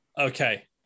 okay